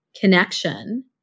connection